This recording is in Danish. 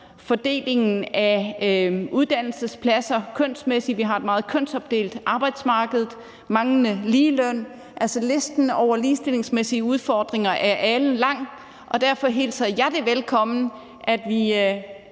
fordelingen af uddannelsespladser kønsmæssigt – vi har et meget kønsopdelt arbejdsmarked – og manglende ligeløn. Altså, listen over ligestillingsmæssige udfordringer er alenlang, og derfor hilser jeg det velkommen, at vi